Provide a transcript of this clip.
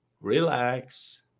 relax